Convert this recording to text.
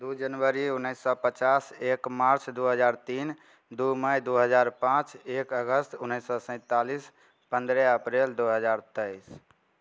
दू जनवरी उन्नैस सए पचास एक मार्च दू हजार तीन दू मइ दू हजार पाँच एक अगस्त उन्नैस सए सैंतालिस पन्द्रह अप्रिल दू हजार तेइस